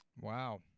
wow